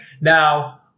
Now